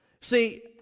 See